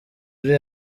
muri